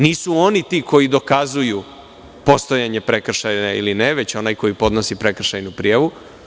Nisu oni ti koji dokazuju postojanje prekršaja ili ne, već onaj ko podnosi prekršajnu prijavu.